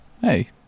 Hey